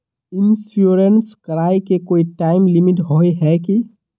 Insurance कराए के कोई टाइम लिमिट होय है की?